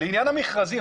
לעניין המכרזים.